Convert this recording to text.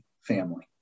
family